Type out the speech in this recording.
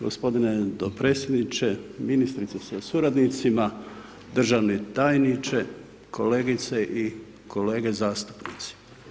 Gospodine dopredsjedniče, ministrice sa suradnicima, državni tajniče, kolegice i kolege zastupnice.